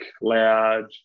loud